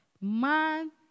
man